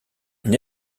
n’y